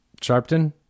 Sharpton